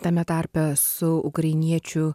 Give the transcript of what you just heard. tame tarpe su ukrainiečių